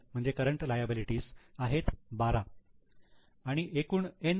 आहेत 12 आणि एकूण एन्